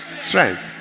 Strength